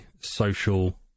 social